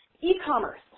E-commerce